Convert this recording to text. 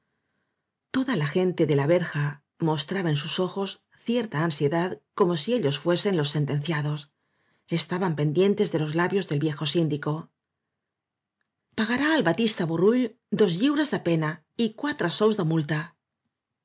toda le gente de la verja mostraba en sus ojos cierta ansiedad como si ellos fuesen los sentenciados estaban pendientes de los labios del viejo síndico pagará el batiste bor rull dos lliures de pena y cuatre sous de multa